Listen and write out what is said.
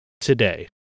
today